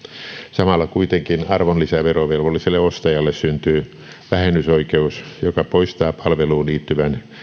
samalla kuitenkin arvonlisäverovelvolliselle ostajalle syntyy vähennysoikeus joka poistaa palveluun liittyvän